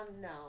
no